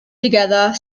together